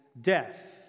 death